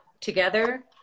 together